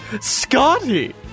Scotty